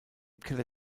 keller